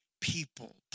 people